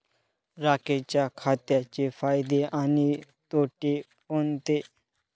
राखेच्या खताचे फायदे आणि तोटे कोणते?